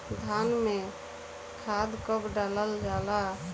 धान में खाद कब डालल जाला?